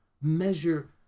measure